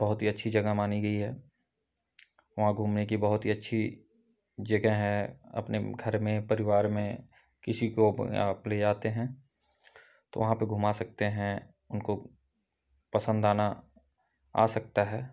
बहुत ही अच्छी जगह मानी गई है वहाँ घूमने की बहुत ही अच्छी जगह है अपने घर में परिवार में किसी को आप ले जाते हैं तो वहाँ पर घुमा सकते हैं उनको पसन्द आना आ सकता है